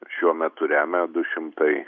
šiuo metu remia du šimtai